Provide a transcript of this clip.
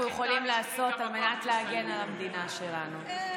יכולים לעשות על מנת להגן על המדינה שלנו.